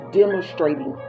demonstrating